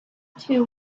two